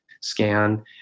scan